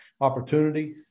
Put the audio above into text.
opportunity